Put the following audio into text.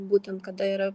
būtent kada yra